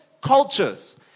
cultures